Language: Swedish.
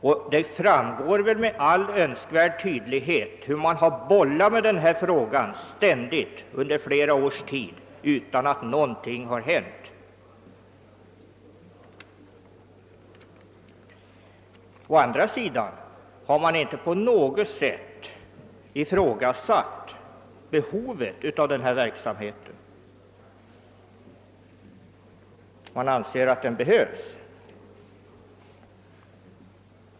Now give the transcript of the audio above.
Därav framgår väl med all önskvärd tydlighet hur man bollat med denna fråga under flera år utan att någonting har hänt. Å andra sidan har man inte på något sätt ifrågasatt behovet av denna verksamhet.